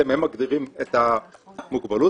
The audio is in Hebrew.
שהם מגדירים את המוגבלות,